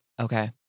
Okay